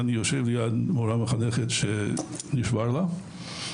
אני יושב על יד מורה מחנכת שנשבר לה.